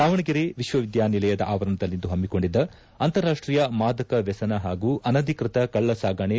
ದಾವಣಗೆರೆ ವಿಶ್ವವಿದ್ಯಾನಿಲಯದ ಆವರಣದಲ್ಲಿಂದು ಹಮ್ಮಿಕೊಂಡಿದ್ದ ಅಂತರಾಷ್ಷೀಯ ಮಾದಕ ವ್ಯಸನ ಹಾಗೂ ಅನಧಿಕೃತ ಕಳ್ಳಸಾಗಣೆ